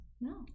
No